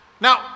Now